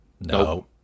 No